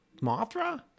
mothra